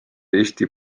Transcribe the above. eesti